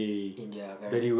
in their very